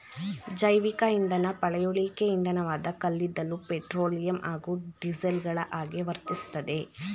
ಜೈವಿಕಇಂಧನ ಪಳೆಯುಳಿಕೆ ಇಂಧನವಾದ ಕಲ್ಲಿದ್ದಲು ಪೆಟ್ರೋಲಿಯಂ ಹಾಗೂ ಡೀಸೆಲ್ಗಳಹಾಗೆ ವರ್ತಿಸ್ತದೆ